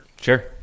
Sure